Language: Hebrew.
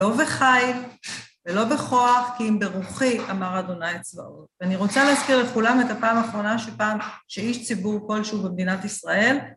לא בחייל, ולא בכוח, כי אם ברוחי, אמר ה' צבאות. ואני רוצה להזכיר לכולם את הפעם האחרונה שפעם... שאיש ציבור כלשהו במדינת ישראל.